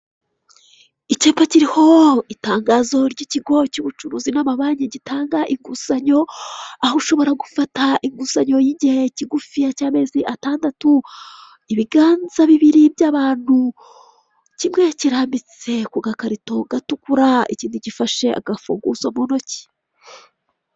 Ikigo kiriho itangazo ry'ikigo cy'ubucuruzi n'amabanki gitanga inguzanyo, aho ushobora gufata inguzanyo y'igihe kigufi cy'amezi atandatu. Ibiganza bibiri by'abantu kimwe kirambitse ku gakarito gatukura ikindi gifashe agafunguzo mu ntoki.